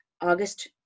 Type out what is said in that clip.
August